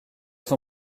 son